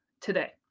today